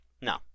No